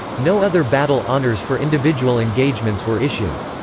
no other battle honours for individual engagements were issued.